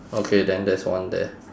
okay then there's one there